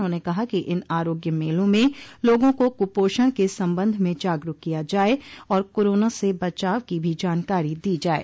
उन्होंने कहा कि इन आरोग्य मेलों में लोगों को कुपाषण के संबंध में जागरूक किया जाये और कोरोना से बचाव की भी जानकारी दी जाये